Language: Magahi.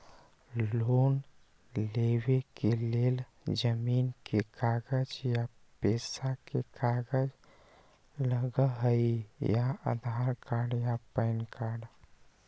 लोन लेवेके लेल जमीन के कागज या पेशा के कागज लगहई या आधार कार्ड या पेन कार्ड?